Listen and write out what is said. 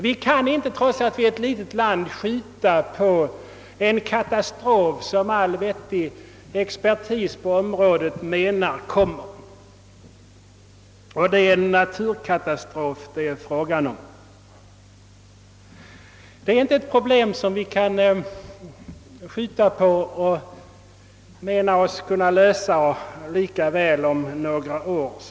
Vi kan inte, trots att vi är en liten nation, skjuta på problemet och mena att vi kan lösa det lika väl om några år som i dag. Ty det är — därom är all expertis på området enig — fråga om en naturkatastrof som kommer.